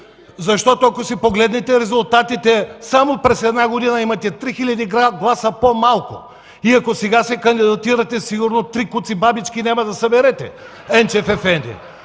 Защото ако си погледнете резултатите, само за една година имате три хиляди гласа по-малко! И ако сега се кандидатирате, сигурно три куци бабички няма да съберете,